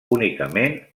únicament